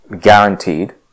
guaranteed